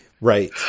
Right